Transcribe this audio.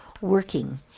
working